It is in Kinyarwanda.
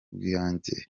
bwanjye